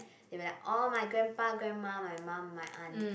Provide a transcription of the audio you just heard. they be like oh my grandpa grandma my mum my aunt